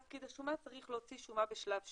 פקיד השומה צריך להוציא שומה בשלב שני.